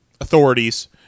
authorities